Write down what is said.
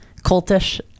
cultish